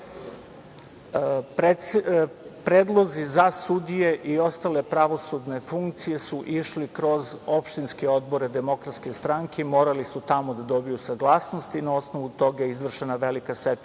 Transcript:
predlozi za sudije i ostale pravosudne funkcije su išli kroz opštinske odbore DS i morali su tamo da dobiju saglasnost i na osnovu toga je izvršena velika seča